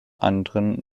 anderem